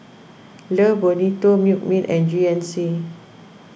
Love Bonito Milkmaid and G N C